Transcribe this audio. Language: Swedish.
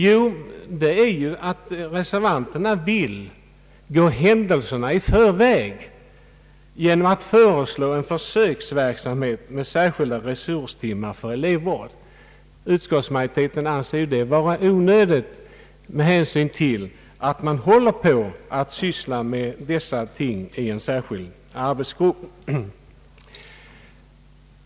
Jo, det är att reservanterna vill gå händelserna i förväg genom att föreslå en försöksverksamhet med särskilda resurstimmar för elevvård. Utskottsmajoriteten anser det vara onödigt med hänsyn till att man sysslar med dessa ting i en särskild arbetsgrupp.